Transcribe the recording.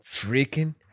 freaking